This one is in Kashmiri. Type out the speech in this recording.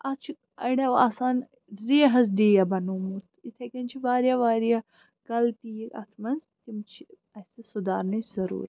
اَتھ چھُ اَڑیٚو آسان ریہَس ڈیہہ بَنوومُت یِتھٔے کَنۍ چھِ واریاہ واریاہ غَلطی اَتھ منٛز تِم چھِ اسہِ سُدھارنٕچ ضروٗرت